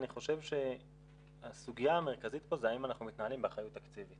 אני חושב שהסוגיה המרכזית פה זה האם אנחנו מתנהלים באחריות תקציבית.